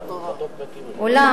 אולם,